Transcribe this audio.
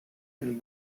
and